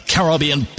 Caribbean